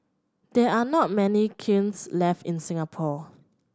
there are not many kilns left in Singapore